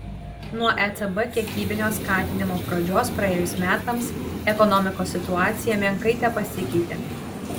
nuo ecb kiekybinio skatinimo pradžios praėjus metams ekonomikos situacija menkai tepasikeitė